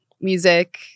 music